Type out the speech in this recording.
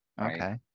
Okay